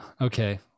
okay